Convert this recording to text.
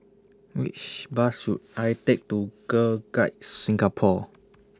Which Bus should I Take to Girl Guides Singapore